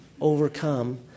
overcome